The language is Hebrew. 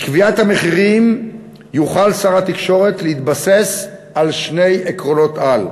בקביעת המחירים יוכל שר התקשורת להתבסס על שני עקרונות-על: